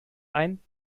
ein